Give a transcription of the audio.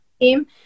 team